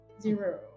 Zero